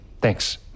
Thanks